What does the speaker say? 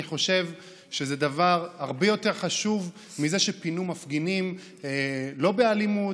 אני חושב שזה דבר הרבה יותר חשוב מזה שפינו מפגינים לא באלימות.